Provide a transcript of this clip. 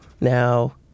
Now